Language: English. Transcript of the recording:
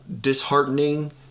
disheartening